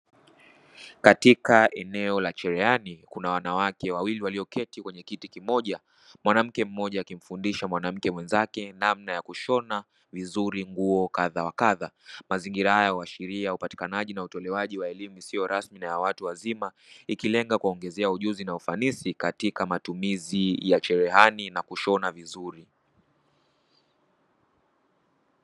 Katika eneo la cherehani kuna wanawake wawili waliyoketi kwenye kiti kimoja mwanamke mmoja akimfundisha mwanamke mwenzake namna ya kushona vizuri nguo kadha wa kadha. Mazingira haya huashiria upatikanaji na utolewaji wa elimu isiyo rasmi, na ya watu wazima ikilenga kuwaongezea ujuzi na ufanisi katika matumizi ya cherehani na kushona vizuri.